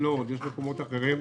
לוד ומקומות אחרים,